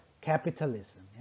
capitalism